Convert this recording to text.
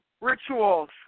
rituals